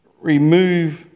remove